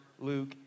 Luke